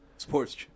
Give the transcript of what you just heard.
Sports